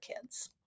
kids